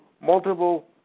multiple